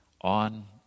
on